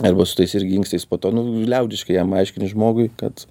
arba su tais irgi inkstais po to nu liaudiškai jam aiškini žmogui kad